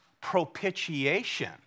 propitiation